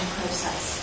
process